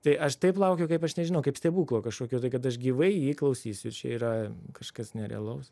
tai aš taip laukiau kaip aš nežinau kaip stebuklo kažkokio tai kad aš gyvai jį klausysiu čia yra kažkas nerealaus